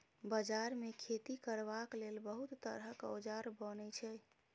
बजार मे खेती करबाक लेल बहुत तरहक औजार बनई छै